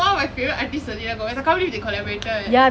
it's one of my favourite artiste selena gomez I can't believe they collaborated